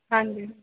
ਹਾਂਜੀ